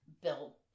Bill